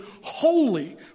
holy